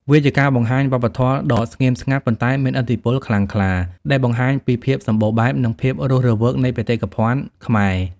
វាជាការបង្ហាញវប្បធម៌ដ៏ស្ងៀមស្ងាត់ ប៉ុន្តែមានឥទ្ធិពលខ្លាំងក្លា ដែលបង្ហាញពីភាពសម្បូរបែប និងភាពរស់រវើកនៃបេតិកភណ្ឌខ្មែរ។